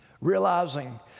realizing